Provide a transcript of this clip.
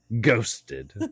ghosted